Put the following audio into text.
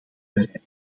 bereiden